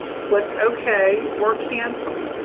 click ok or cancel.